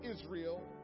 Israel